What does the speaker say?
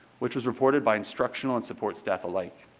which was supported by instructional and support staff alike.